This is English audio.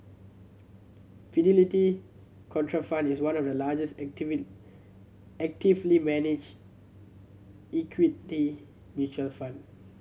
Fidelity Contrafund is one of the largest actively managed equity mutual fund